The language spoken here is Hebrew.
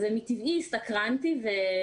אני באופן טבעי הסתקרנתי ונרשמתי.